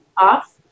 off